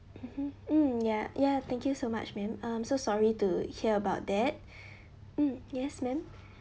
mmhmm ya ya thank you so much madam um I'm so sorry to hear about that mm yes madam